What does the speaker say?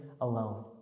alone